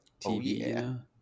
TV